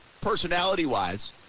personality-wise